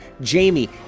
Jamie